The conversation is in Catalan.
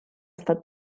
estat